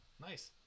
Nice